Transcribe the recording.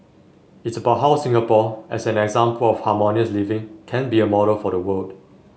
it's about how Singapore as an example of harmonious living can be a model for the world